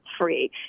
free